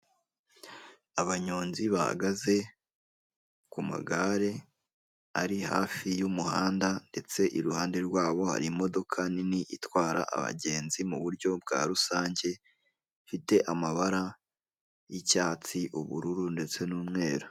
Abanyonzi bahagaze ku magare ari hafi y'umuhanda, ndetse iruhande rwabo hari imodoka nini itwara abagenzi mu buryo bwa rusange, ifite amabara y'icyatsi, ubururu, ndetse n'umweru.